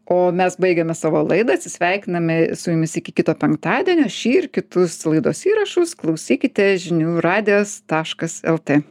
o mes baigiame savo laidą atsisveikiname su jumis iki kito penktadienio šį ir kitus laidos įrašus klausykite žinių radijas taškas lt